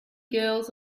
girls